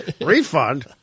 Refund